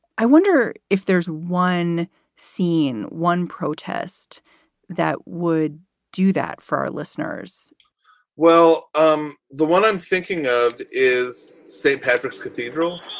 i wonder if there's one scene, one protest that would do that for our listeners well, um the one i'm thinking of is saint patrick's cathedral,